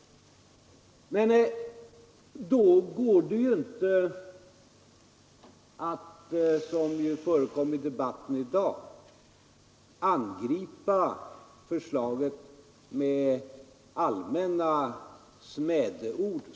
Det går inte — som man gör i debatten i dag — att angripa förslaget med allmänna smädeord.